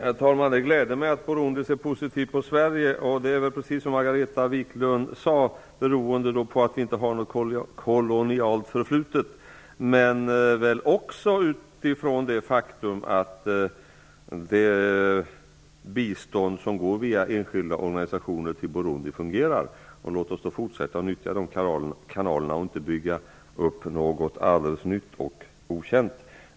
Herr talman! Det gläder mig att Burundi ser positivt på Sverige. Det beror nog på att vi inte har något kolonialt förflutet, precis som Margareta Viklund sade. Men det beror nog också på det faktum att det bistånd som går via enskilda organisationer till Burundi fungerar. Låt oss då fortsätta att nyttja de kanalerna och inte bygga upp något alldeles nytt och okänt.